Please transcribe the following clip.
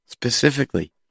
Specifically